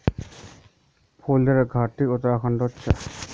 फूलेर घाटी उत्तराखंडत छे